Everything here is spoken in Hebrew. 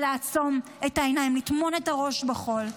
לעצום את העיניים ולטמון את הראש בחול.